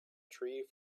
tree